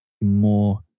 more